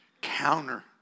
counter